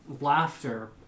laughter